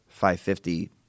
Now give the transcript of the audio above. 550